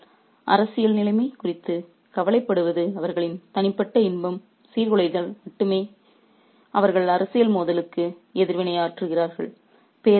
எனவே அவர்கள் அரசியல் நிலைமை குறித்து கவலைப்படுவது அவர்களின் தனிப்பட்ட இன்பம் சீர்குலைந்தால் மட்டுமே அவர்கள் அரசியல் மோதலுக்கு எதிர்வினையாற்றுகிறார்கள்